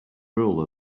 rule